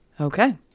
Okay